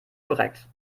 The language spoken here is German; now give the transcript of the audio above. korrekt